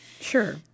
Sure